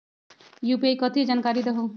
UPI कथी है? जानकारी दहु